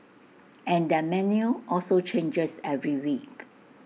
and their menu also changes every week